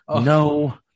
No